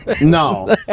no